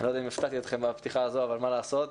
אולי הפתעתי אתכם בפתיחה הזו אבל מה לעשות,